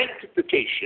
sanctification